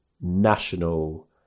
national